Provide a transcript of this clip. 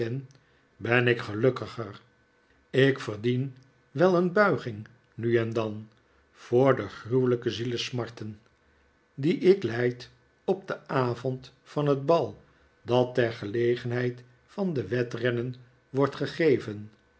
ben ik gelukkiger ik v'erdien wel een buiging nu en dan voor de gruwelijke zielesmarten die ik lijd op den avond van het bal dat ter gelegenheid van de wedrennen wordt gegeven